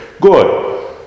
good